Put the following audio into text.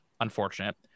unfortunate